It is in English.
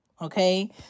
Okay